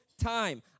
time